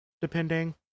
depending